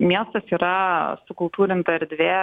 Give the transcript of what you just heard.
miestas yra sukultūrinta erdvė